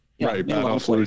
Right